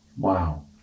Wow